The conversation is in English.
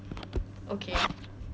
okay